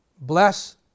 bless